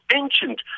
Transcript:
ancient